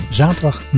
zaterdag